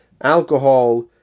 alcohol